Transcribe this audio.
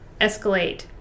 escalate